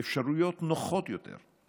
אפשרויות נוחות יותר להגיע.